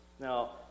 Now